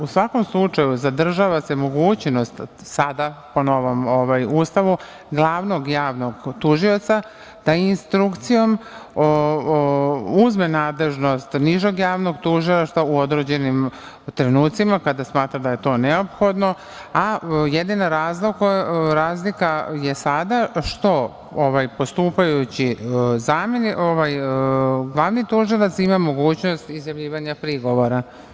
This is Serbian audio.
U svakom slučaju, zadržava se mogućnost sada pa na ovamo u Ustavu glavnog javnog tužioca, da instrukcijom uzme nadležnost nižeg javnog tužilaštva u određenim trenucima kada smatra da je to neophodno, a jedina razlika je sada što postupajući glavni tužilac ima mogućnost izjavljivanja prigovora.